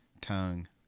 tongue